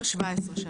היום 17 שנה,